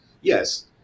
Yes